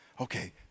Okay